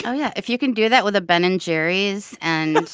yeah. if you can do that with a ben and jerry's and.